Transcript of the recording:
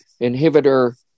Inhibitor